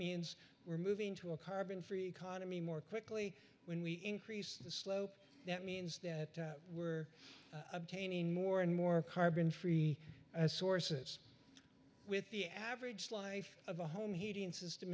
means we're moving to a carbon free economy more quickly when we increase the slope that means that we're obtaining more and more carbon free sources with the average life of a home heating system